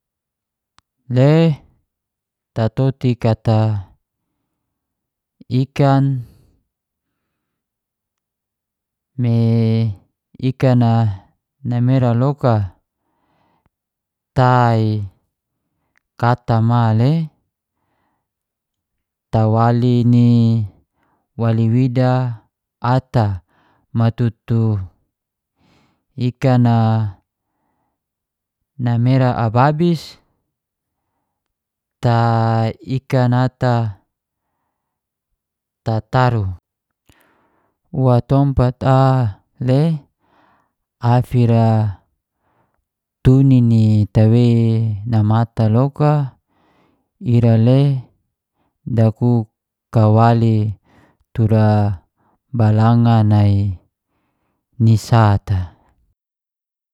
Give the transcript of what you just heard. Le tatotik ata ikan, me ikan anamera loka ta i katama le tawali niwali wida ata matutu ika a namera ababis ta ikan ata, tataru wa tompat a le afira tunin ni tawei namata loka ira le dakuk kawali tura balanga nai ni sata